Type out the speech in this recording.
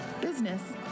business